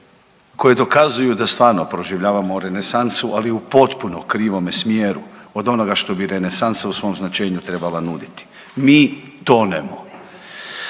prikazuju da stvarno proživljavamo renesansu, ali u potpuno krivome smjeru od onoga što bi renesansa u svom značenju trebala nuditi. Mi tonemo.